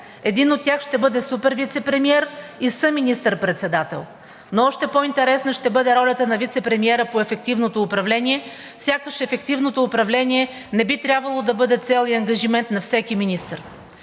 Един от тях ще бъде супервицепремиер и съминистър-председател. Но още по-интересна ще бъде ролята на вицепремиера по ефективното управление, сякаш ефективното управление не би трябвало да бъде цел и ангажимент на всеки министър.